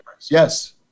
Yes